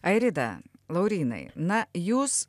airida laurynai na jūs